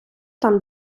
там